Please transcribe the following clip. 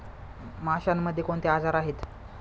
माशांमध्ये कोणते आजार आहेत?